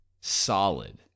solid